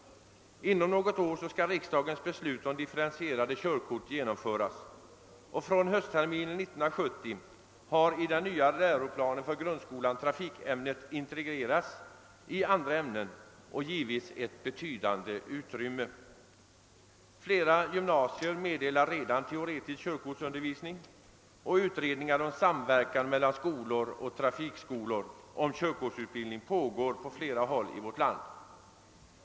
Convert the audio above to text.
Inom något år skall riksdagens beslut om differentierade körkort genomföras. Från och med höstterminen 1970 har i den nya läroplanen för grundskolan trafikämnet integrerats med andra ämnen och givits ett betydande utrymme. Flera gymnasier meddelar redan teoretisk körkortsundervisning, och utredningar om samverkan mellan skolor och trafikskolor om körkortsutbildning pågår på flera håll i vårt land.